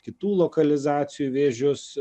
kitų lokalizacijų vėžius